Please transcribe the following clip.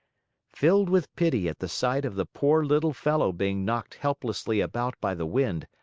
filled with pity at the sight of the poor little fellow being knocked helplessly about by the wind,